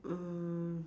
mm